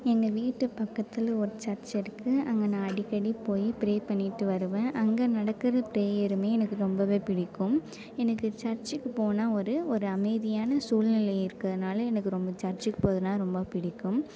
எங்கள் வீட்டு பக்கத்தில் ஒரு சர்ச் இருக்கு அங்கே நான் அடிக்கடி போய் ப்ரே பண்ணிவிட்டு வருவேன் அங்கே நடக்கிற ப்ரேயரும் எனக்கு ரொம்ப பிடிக்கும் எனக்கு சர்ச்சுக்கு போனால் ஒரு ஒரு அமைதியான சூழ்நிலை இருக்கிறதுனால எனக்கு ரொம்ப சர்ச்சுக்கு போகிறதுனா ரொம்ப பிடிக்கும்